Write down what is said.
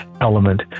element